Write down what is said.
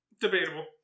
Debatable